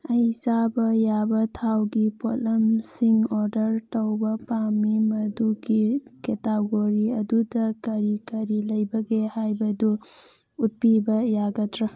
ꯑꯩ ꯆꯥꯕ ꯌꯥꯕ ꯊꯥꯎꯒꯤ ꯄꯣꯠꯂꯝꯁꯤꯡ ꯑꯣꯔꯗꯔ ꯇꯧꯕ ꯄꯥꯝꯃꯤ ꯃꯗꯨꯒꯤ ꯀꯦꯇꯥꯒꯣꯔꯤ ꯑꯗꯨꯗ ꯀꯔꯤ ꯀꯔꯤ ꯂꯩꯕꯒꯦ ꯍꯥꯏꯕꯗꯨ ꯎꯠꯄꯤꯕ ꯌꯥꯒꯗ꯭ꯔꯥ